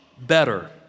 better